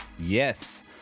Yes